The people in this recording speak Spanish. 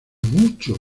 mucho